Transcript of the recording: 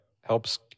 helps